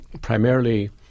primarily